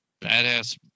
Badass